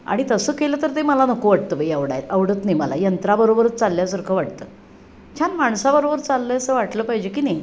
आणि तसं केलं तर ते मला नको वाटतं बाई आवडाय आवडत नाही मला यंत्राबरोबरच चालल्यासारखं वाटतं छान माणसाबरोबर चाललं आहे असं वाटलं पाहिजे की नाही